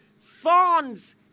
thorns